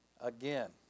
again